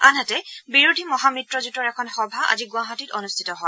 আনহাতে বিৰোধী মহামিত্ৰজেঁটৰ এখন সভা আজি গুৱাহাটীত অনুষ্ঠিত হয়